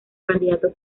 candidato